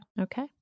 okay